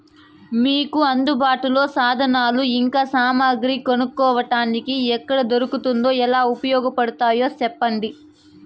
మీకు అందుబాటులో సాధనాలు ఇంకా సామగ్రి కొనుక్కోటానికి ఎక్కడ దొరుకుతుందో ఎలా ఉపయోగపడుతాయో సెప్పండి?